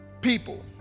people